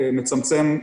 מצמצם,